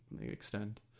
extend